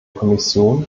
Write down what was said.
kommission